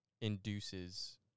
induces